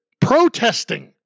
protesting